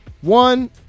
one